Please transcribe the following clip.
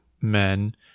men